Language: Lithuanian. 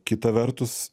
kita vertus